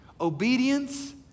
Obedience